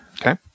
Okay